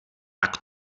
tak